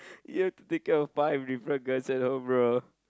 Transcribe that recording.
you thinking of five different girls at home bro